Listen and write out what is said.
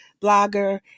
blogger